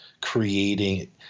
creating